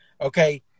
Okay